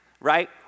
right